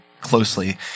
closely